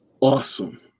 awesome